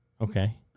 Okay